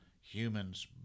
humans